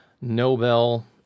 Nobel